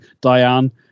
Diane